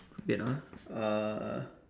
wait ah uh